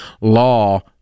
law